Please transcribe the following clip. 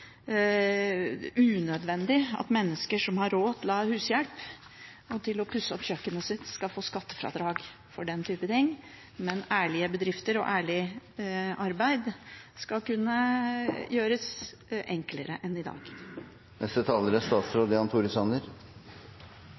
unødvendig at mennesker som har råd til å ha hushjelp og til å pusse opp kjøkkenet sitt, skal få skattefradrag for den typen ting, men ærlige bedrifter og ærlig arbeid skal kunne gjøres enklere å få til enn i dag.